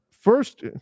first